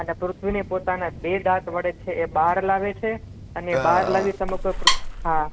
અને પૃથ્વીને પોતાના બે દાંત વડે છે એ બહાર લાવે છે અને બહાર લાવી સમગ્ર પૃથ્વીમાં